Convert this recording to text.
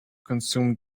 consume